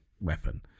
weapon